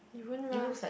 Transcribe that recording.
it won't rust